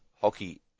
hockey